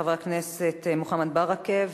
חבר הכנסת מוחמד ברכה,